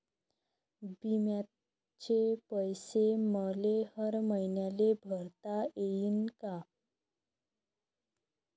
बिम्याचे पैसे मले हर मईन्याले भरता येईन का?